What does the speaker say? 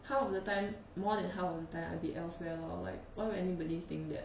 half of the time more than half of the time I'll be else where lor like why would anybody think that